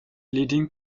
leading